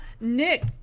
Nick